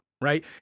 right